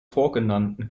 vorgenannten